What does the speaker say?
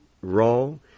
wrong